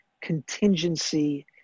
contingency